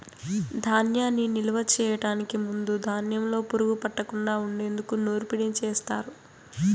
ధాన్యాన్ని నిలువ చేయటానికి ముందు ధాన్యంలో పురుగు పట్టకుండా ఉండేందుకు నూర్పిడిని చేస్తారు